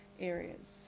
areas